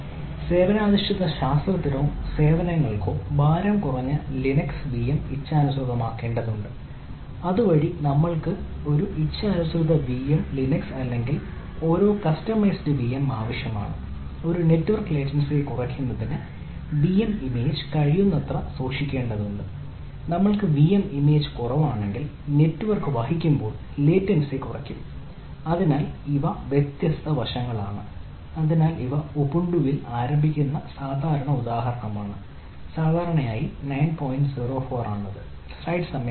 സേവനാധിഷ്ഠിത ശാസ്ത്രത്തിനോ സേവനങ്ങൾക്കോ ഭാരം കുറഞ്ഞ ലിനക്സ് ആരംഭിക്കുന്ന സാധാരണ ഉദാഹരണമാണ് സാധാരണയായി 9